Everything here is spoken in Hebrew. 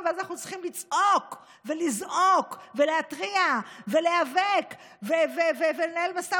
ואנחנו צריכים לצעוק ולזעוק ולהתריע ולהיאבק ולנהל משא